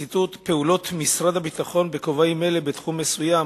ציטוט: פעולות משרד הביטחון בכובעים אלה בתחום מסוים,